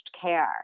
care